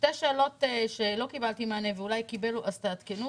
שתי שאלות שלא קיבלתי מענה ואולי כן התייחסו אליהם קודם לכן.